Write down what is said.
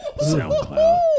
SoundCloud